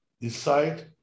decide